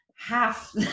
half